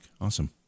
Awesome